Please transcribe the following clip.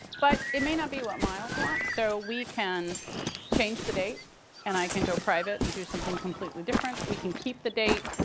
but it may not be what miles wants. so we can change the date and i can go private and do something completely different. we can keep the date,